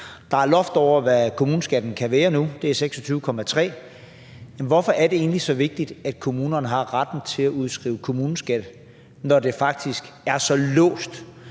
der er loft over, hvad kommuneskatten kan være nu – det er 26,3 pct. Hvorfor er det egentlig så vigtigt, at kommunerne har retten til at udskrive kommuneskat, når det faktisk er så låst